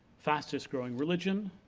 fastest growing religion.